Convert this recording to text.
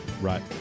right